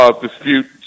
dispute